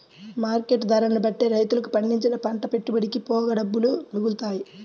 market ధరని బట్టే రైతులకు పండించిన పంట పెట్టుబడికి పోగా డబ్బులు మిగులుతాయి